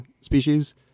species